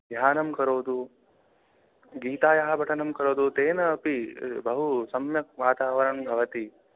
ध्यानं करोतु गीतायाः पठनं करोतु तेन अपि बहु सम्यक् वातावरणं भवति